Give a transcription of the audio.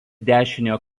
dešiniojo